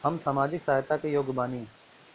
हम सामाजिक सहायता के योग्य बानी?